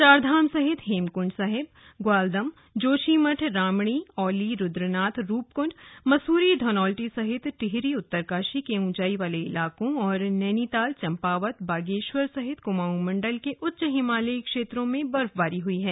चारधाम सहित हेमकुंड साहिब ग्वालदम जोशीमठ रामणी औली रुद्रनाथ रूपकुंड मसूरी धनोल्टी सहित टिहरी उत्तरकाशी के ऊंचाई वाले इलाकों और नैनीताल चंपावत बागेश्वर सहित कुमाऊं मंडल के उच्च हिमालयी क्षेत्रों में बर्फबारी हुई है